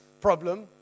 problem